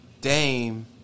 Dame